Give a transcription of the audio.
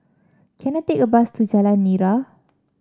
can I take a bus to Jalan Nira